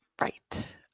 right